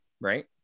right